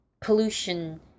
pollution